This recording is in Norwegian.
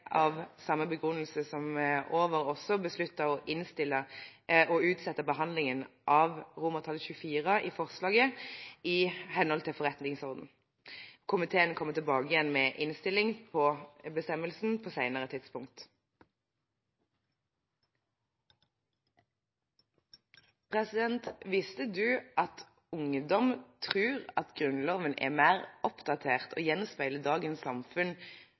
av samme begrunnelse som over, også besluttet å innstille på å utsette behandlingen av XXIV i forslaget i henhold til forretningsordenen. Komiteen kommer tilbake med innstilling på bestemmelsen på et senere tidspunkt. Visste presidenten at ungdommer tror at Grunnloven er mer oppdatert og gjenspeiler dagens samfunn